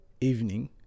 evening